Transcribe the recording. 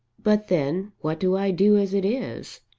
but then what do i do, as it is?